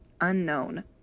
Unknown